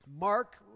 Mark